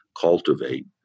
cultivate